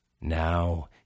Now